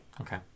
Okay